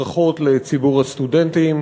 ברכות לציבור הסטודנטים.